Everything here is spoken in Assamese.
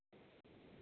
অঁ